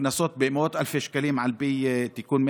וקנסות במאות אלפי שקלים על פי תיקון 116,